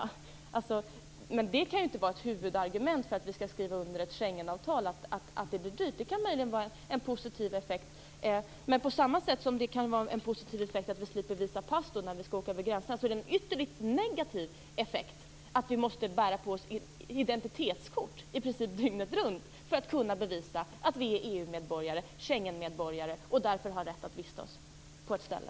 Men att det blir dyrt kan inte vara ett huvudargument för att vi skall skriva under ett Schengenavtal. Det kan möjligen vara en positiv effekt. Men på samma sätt som det kan vara en positiv effekt att vi slipper visa pass när vi skall åka över gränserna, är det en ytterligt negativ effekt att vi måste bära på oss identitetskort i princip dygnet runt för att kunna bevisa att vi är EU-medborgare, Schengenmedborgare, och därför har rätt att vistas på ett ställe.